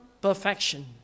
perfection